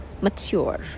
mature